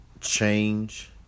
change